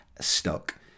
stuck